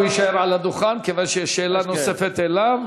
הוא יישאר על הדוכן כיוון שיש שאלה נוספת אליו.